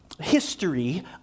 history